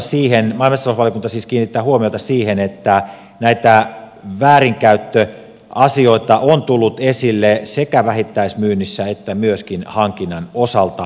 maa ja metsätalousvaliokunta kiinnittää huomiota siihen että näitä väärinkäyttöasioita on tullut esille sekä vähittäismyynnissä että myöskin hankinnan osalta